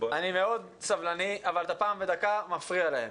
אני מאוד סבלני אבל פעם בדקה אתה מפריע להם.